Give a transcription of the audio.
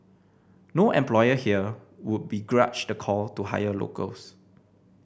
no employer here would begrudge the call to hire locals